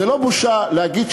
זו לא בושה להגיד,